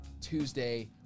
Tuesday